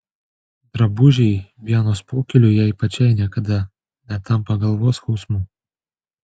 drabužiai vienos pokyliui jai pačiai niekada netampa galvos skausmu